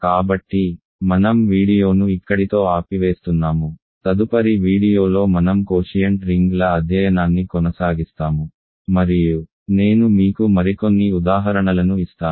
కాబట్టి మనం వీడియోను ఇక్కడితో ఆపివేస్తున్నాము తదుపరి వీడియోలో మనం కోషియంట్ రింగ్ల అధ్యయనాన్ని కొనసాగిస్తాము మరియు నేను మీకు మరికొన్ని ఉదాహరణలను ఇస్తాను